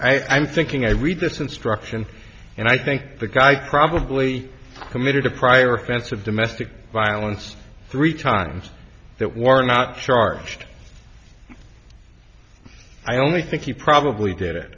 i'm thinking i read this instruction and i think the guy probably committed a prior offense of domestic violence three times that were not charged i only think he probably did it